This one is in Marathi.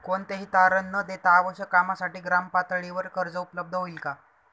कोणतेही तारण न देता आवश्यक कामासाठी ग्रामपातळीवर कर्ज उपलब्ध होईल का?